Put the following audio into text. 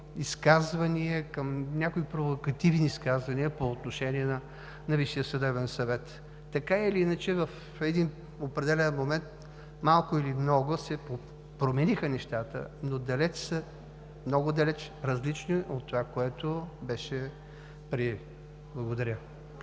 изказвания, към някои провокативни изказвания по отношение на Висшия съдебен съвет. Така или иначе в един определен момент малко или много се промениха нещата и са много далече различни от това, което беше прието. Благодаря.